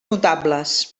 notables